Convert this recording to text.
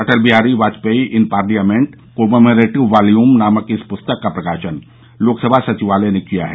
Atal Bihari Vajpayee in parliament a commemorative volume नामक इस पुस्तक का प्रकाशन लोकसभा सचिवालय ने किया है